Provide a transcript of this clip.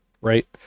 right